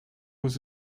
was